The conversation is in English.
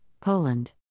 Poland